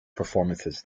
performances